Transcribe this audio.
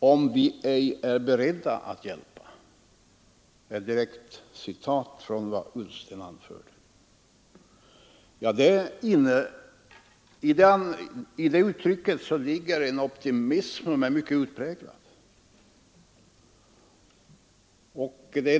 såvida de rika länderna inte är beredda att hjälpa till. Detta är ett direkt citat från herr Ullstens anförande. I detta uttryck ligger en mycket utpräglad optimism.